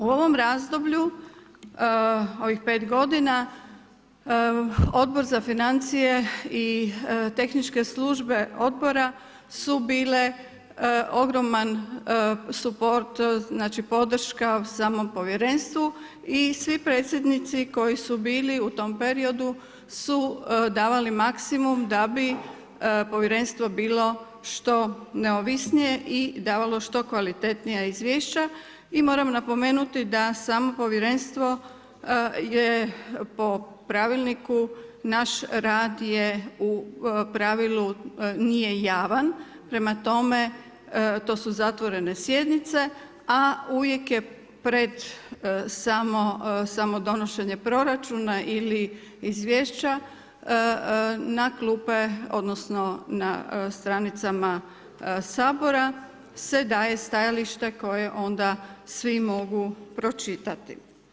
U ovom razdoblju, u ovih 5 g. Odbor za financije i tehničke službe odbora su bile ogroman suport, znači podrška samom povjerenstvu i svi predsjednici koji su bili u tom periodu su davali maksimum da bi povjerenstvo bilo što neovisnije i davalo što kvalitetnija izvješća i moramo napomenuti da samo povjerenstvo je po pravilniku, naš u pravilu nije javan prema tome, to su zatvorene sjednice a uvijek je pred samo donošenje proračuna ili izvješća, na klupe odnosno na stranicama Sabora se daje stajalište koje onda svi mogu pročitati.